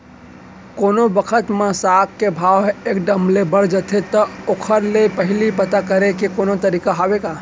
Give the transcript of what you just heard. कोनो बखत म साग के भाव ह एक दम ले बढ़ जाथे त ओखर ले पहिली पता करे के कोनो तरीका हवय का?